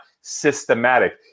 systematic